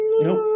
nope